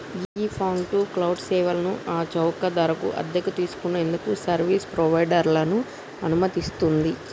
ghee fog to cloud సేవలను ఆ చౌక ధరకు అద్దెకు తీసుకు నేందుకు సర్వీస్ ప్రొవైడర్లను అనుమతిస్తుంది